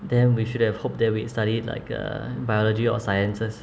then we should have hoped that we'd study like uh biology or sciences